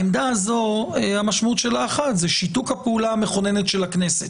המשמעות של העמדה הזו היא אחת: שיתוק הפעולה המכוננת של הכנסת.